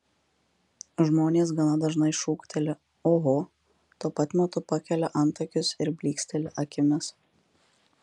žmonės gana dažnai šūkteli oho tuo pat metu pakelia antakius ir blyksteli akimis